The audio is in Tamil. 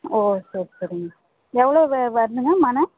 ஓ சரி சரிங்க எவ்வளோ வருதுங்க மன